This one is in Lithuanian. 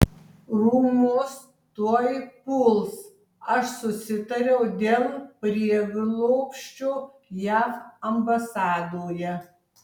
rūmus tuoj puls aš susitariau dėl prieglobsčio jav ambasadoje